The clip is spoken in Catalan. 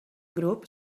grup